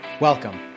Welcome